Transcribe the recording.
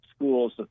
Schools